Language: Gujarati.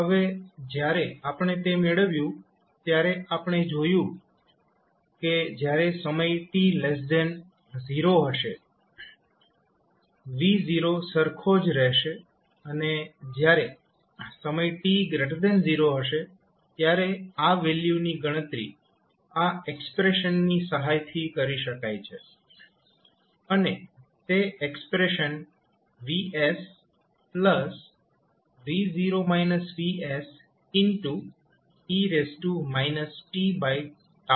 હવે જ્યારે આપણે તે મેળવ્યું ત્યારે આપણે જોયું કે જ્યારે સમય t 0 હશે V0 સરખો જ રહેશે અને જ્યારે સમય t 0 હશે ત્યારે આ વેલ્યુ ની ગણતરી આ એક્સપ્રેશન ની સહાયથી કરી શકાય છે અને તે એક્સપ્રેશન Vs e t છે